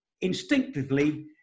instinctively